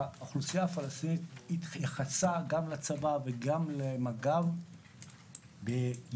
והאוכלוסייה הפלסטינית התייחסה גם לצבא וגם למג"ב ביחס